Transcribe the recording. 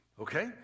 Okay